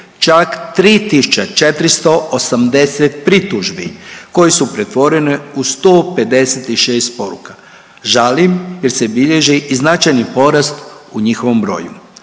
čak 3.480 pritužbi koje su pretvorene u 156 poruka. Žalim, jer se bilježi i značajni porast u njihovom broju.